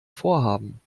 vorhaben